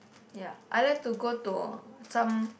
ya I like to go to some